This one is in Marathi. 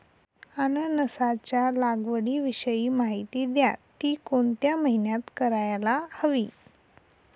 अननसाच्या लागवडीविषयी माहिती द्या, ति कोणत्या महिन्यात करायला हवी?